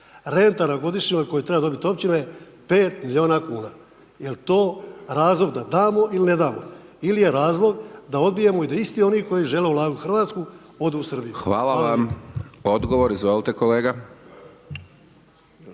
Renta na godišnjoj koju trebaju dobiti općine, 5 milijuna kuna. Jel' to razlog da damo ili ne damo ili je razlog da odbijamo i da isti koji žele ulagati u Hrvatsku, odu u Srbiju. **Hajdaš Dončić, Siniša